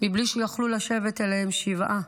בלי שיכלו לשבת עליהם שבעה,